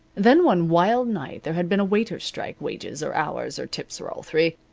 then one wild night there had been a waiters' strike wages or hours or tips or all three.